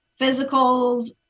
physicals